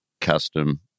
custom